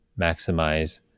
maximize